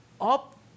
up